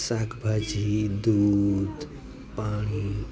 શાકભાજી દૂધ પાણી